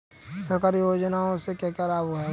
सरकारी योजनाओं से क्या क्या लाभ होता है?